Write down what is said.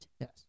Yes